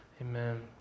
amen